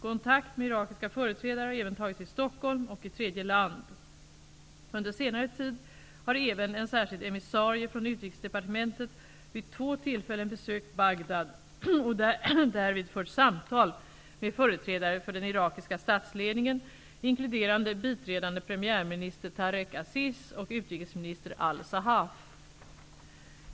Kontakt med irakiska företrädare har även tagits i Stockholm och i tredje land. Under senare tid har även en särskild emissarie från Utrikesdepartementet vid två tillfällen besökt Bagdad och därvid fört samtal med företrädare för den irakiska statsledningen, inkluderande biträdande premiärminister Tareq Aziz och utrikesminister al Sahaf.